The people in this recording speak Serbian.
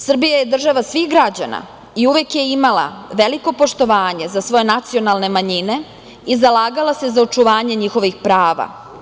Srbija je država svih građana i uvek je imala veliko poštovanje za svoje nacionalne manjine i zalagala se za očuvanje njihovih prava.